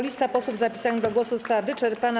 Lista posłów zapisanych do głosu została wyczerpana.